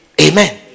Amen